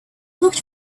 looked